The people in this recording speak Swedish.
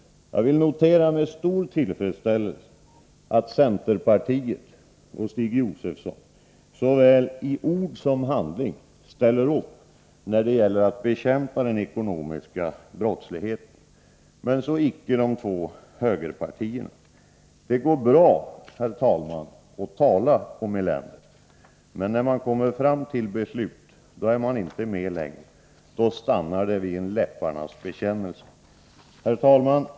Jag noterar med stor tillfredsställelse att centerpartiet inkl. Stig Josefson såväl i ord som i handling ställer upp när det gäller att bekämpa den ekonomiska brottsligheten. Men så icke de två högerpartierna. Det går bra, herr talman, att tala om eländet. Men när man kommer fram till beslut är man inte med längre. Då stannar det vid en läpparnas bekännelse. Herr talman!